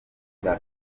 cya